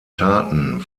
taten